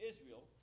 Israel